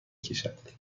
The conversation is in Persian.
کشد